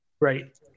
Right